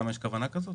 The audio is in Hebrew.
למה, יש כוונה כזאת?